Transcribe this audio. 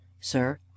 sir